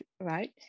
right